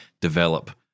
develop